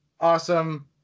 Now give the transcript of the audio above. awesome